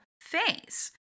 phase